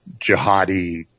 jihadi